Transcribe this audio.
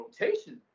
rotation